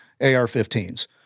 AR-15s